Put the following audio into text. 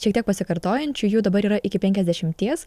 šiek tiek pasikartojančių jų dabar yra iki penkiasdešimties